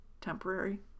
temporary